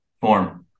form